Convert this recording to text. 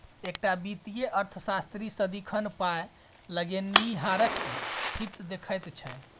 एकटा वित्तीय अर्थशास्त्री सदिखन पाय लगेनिहारक हित देखैत छै